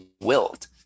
wilt